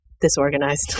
disorganized